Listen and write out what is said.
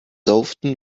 often